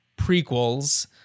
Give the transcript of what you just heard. prequels